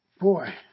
boy